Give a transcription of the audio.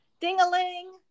Ding-a-ling